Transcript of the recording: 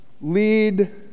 lead